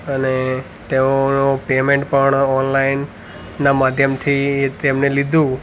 અને તેઓનું પેમૅન્ટ પણ ઑનલાઈનના માધ્યમથી તેમણે લીધું